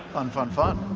fun, fun, fun.